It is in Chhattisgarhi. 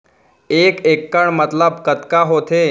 एक इक्कड़ मतलब कतका होथे?